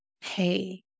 hey